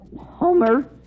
Homer